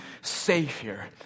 savior